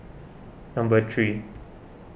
number three